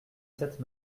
cette